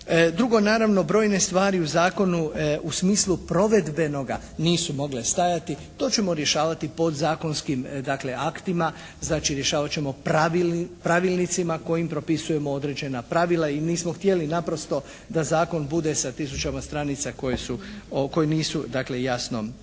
Drugo, naravno brojne stvari u zakonu u smislu provedbenoga nisu mogle stajati. To ćemo rješavati podzakonskim dakle aktima. Znači rješavat ćemo pravilnicima kojim propisujemo određena pravila i nismo htjeli naprosto da zakon bude sa tisućama stranicama koje su, koje